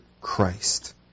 Christ